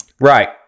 Right